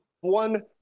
one